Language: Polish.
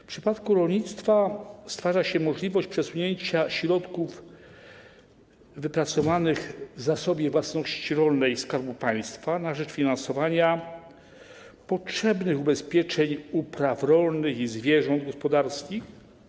W przypadku rolnictwa stwarza się możliwość przesunięcia środków wypracowanych w Zasobie Własności Rolnej Skarbu Państwa na rzecz finansowania potrzebnych ubezpieczeń upraw rolnych i zwierząt gospodarskich.